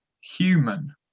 human